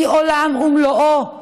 היא עולם ומלואו,